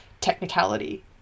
technicality